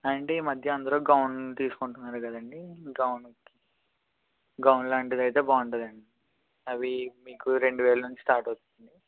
అంటే ఈ మధ్య అందరూ గౌన్ తీసుకుంటున్నారు కదండీ గౌన్ గౌన్ లాంటిది అయితే బాగుంటుందండి అవి మీకు రెండు వేలు నుంచి స్టార్ట్ అవుతుంది